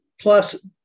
Plus